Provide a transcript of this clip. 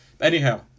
Anyhow